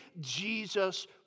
Jesus